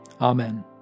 Amen